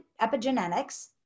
epigenetics